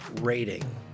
rating